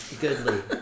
Goodly